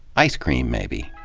ice cream, maybe.